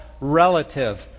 relative